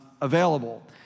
available